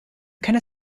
können